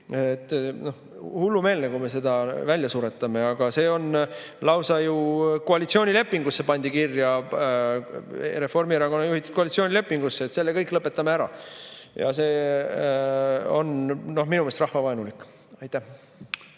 Hullumeelne, kui me selle välja suretame. Aga see pandi ju lausa koalitsioonilepingusse kirja, Reformierakonna juhitud koalitsiooni lepingusse, et selle kõik lõpetame ära. See on minu meelest rahvavaenulik. Aitäh!